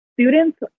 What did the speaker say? Students